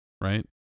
right